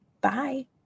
Bye